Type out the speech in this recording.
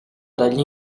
dagli